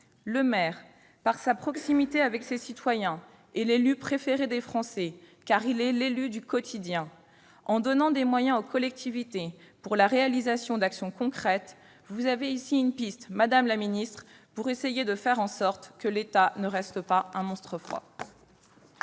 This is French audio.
Le maire, par sa proximité avec ses concitoyens, est l'élu préféré des Français, car il est l'élu du quotidien. En proposant de donner des moyens aux collectivités pour la réalisation d'actions concrètes, nous vous donnons une piste, madame le ministre, pour essayer de faire en sorte que l'État ne reste pas un monstre froid.